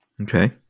Okay